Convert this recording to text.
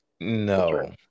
No